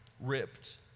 ripped